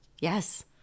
Yes